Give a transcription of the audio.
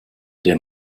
der